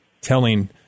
telling